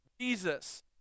Jesus